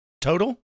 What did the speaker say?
Total